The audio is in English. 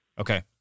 Okay